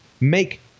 make